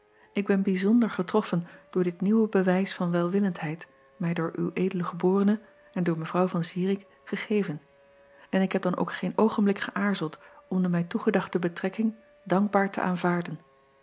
k ben bijzonder getroffen door dit nieuwe bewijs van welwillendheid mij door w d eb en door evrouw an irik gegeven en ik heb dan ook geen oogenblik geäarzeld om de mij toegedachte betrekking dankbaar te aanvaarden